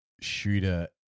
Shooter